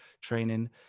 training